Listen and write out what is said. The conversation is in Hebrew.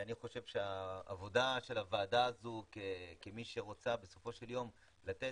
אני חושב שהעבודה של הוועדה הזו כמי שרוצה בסופו של יום לתת,